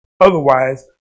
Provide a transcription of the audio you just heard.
Otherwise